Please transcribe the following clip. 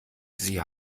sie